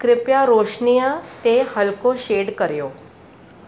कृपया रोशनीअ ते हल्को शेड करियो